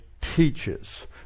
teaches